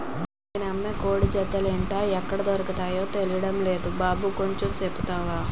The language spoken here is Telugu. నాన్నమైన కోడి జాతులేటో, అయ్యెక్కడ దొర్కతాయో తెల్డం నేదు బాబు కూసంత సెప్తవా